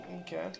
Okay